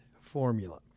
formula